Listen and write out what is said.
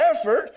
effort